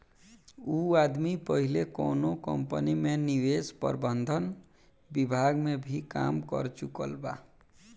उ आदमी पहिले कौनो कंपनी में निवेश प्रबंधन विभाग में भी काम कर चुकल बा